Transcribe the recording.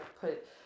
put